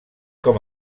com